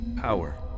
power